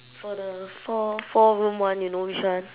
for the four four room one you know which one